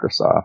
Microsoft